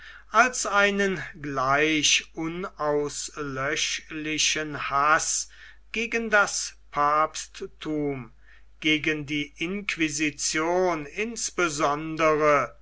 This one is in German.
als einen gleich unauslöschlichen haß gegen das papstthum gegen die inquisition insbesondere